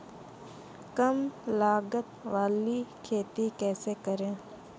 कम लागत वाली खेती कैसे करें?